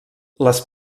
les